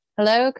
Hello